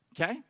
Okay